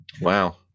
Wow